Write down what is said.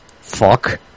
fuck